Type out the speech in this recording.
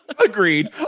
Agreed